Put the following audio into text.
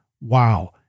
wow